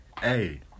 Hey